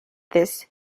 this